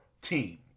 team